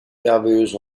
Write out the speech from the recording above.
merveilleuse